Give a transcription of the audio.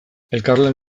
elkarlan